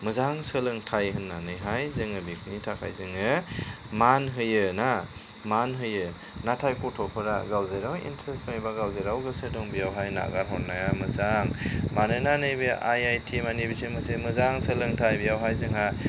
मोजां सोलोंथाइ होन्नानैहाय जोङो बेनि थाखाय जोङो मान होयोना मान होयो नाथाय गथ'फोरा गाव जेराव इन्टरेस्ट होयो गाव जेराव गोसो दं बेयावहाय नागार हरनाया मोजां मानोना नैबे आइ आइ टि माने बिसोर मोनसे मोजां सोलोंथाइ बेयावहाय जोंहा